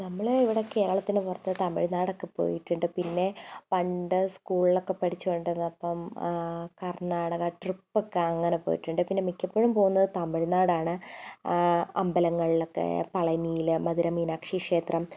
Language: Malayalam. നമ്മളെ ഇവിടെ കേരളത്തിന് പുറത്ത് തമിഴ് നാടൊക്കെ പോയിട്ടുണ്ട് പിന്നെ പണ്ട് സ്കൂളിലൊക്കെ പഠിച്ചു കൊണ്ടിരുന്നപ്പം കർണ്ണാടക ട്രിപ്പൊക്കെ അങ്ങനെ പോയിട്ടുണ്ട് പിന്നെ മിക്കപ്പോഴും പോകുന്നത് തമിഴ്നാടാണ് അമ്പലങ്ങളിലൊക്കെ പളനിയിൽ മധുര മീനാക്ഷി ക്ഷേത്രം